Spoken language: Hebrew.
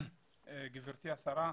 גברתי השרה,